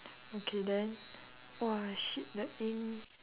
okay then !aiya! shit the ink